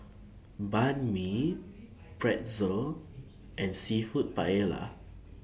Banh MI Pretzel and Seafood Paella